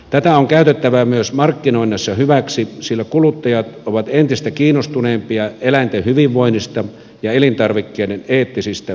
tätä on käytettävä myös markkinoinnissa hyväksi sillä kuluttajat ovat entistä kiinnostuneempia eläinten hyvinvoinnista ja elintarvikkeiden eettisistä tuotantotavoista